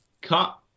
cut